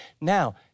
now